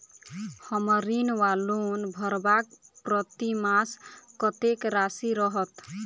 हम्मर ऋण वा लोन भरबाक प्रतिमास कत्तेक राशि रहत?